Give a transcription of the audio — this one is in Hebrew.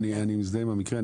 אני מזדהה עם המקרה,